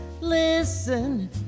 Listen